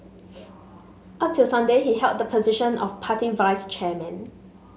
up till Sunday he held the position of party vice chairman